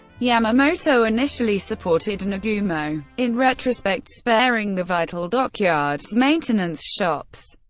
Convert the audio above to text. yamamoto initially supported nagumo. in retrospect, sparing the vital dockyards, maintenance shops,